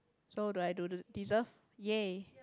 so do I do deserve ya